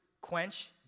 quench